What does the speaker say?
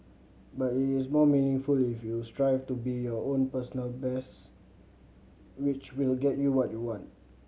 but it is more meaningful if you strive to be your own personal best which will get you what you want